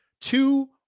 two